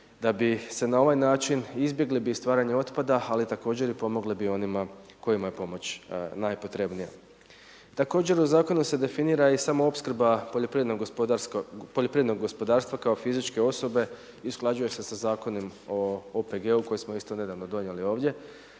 da bi se na ovaj način izbjegli bi stvaranje otpada ali također i pomogli bi onima kojima je pomoć najpotrebnija. Također, u zakonu se definira i samoopskrba poljoprivrednog gospodarstva kao fizičke osobe i usklađuje se sa Zakonom o OPG koji smo isto nedavno donijeli ovdje.